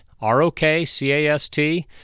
R-O-K-C-A-S-T